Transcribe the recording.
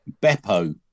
Beppo